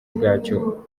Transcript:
bwacyo